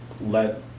let